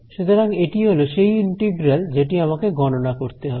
সুতরাং এটি হলো সেই ইন্টিগ্রাল যেটি আমাকে গণনা করতে হবে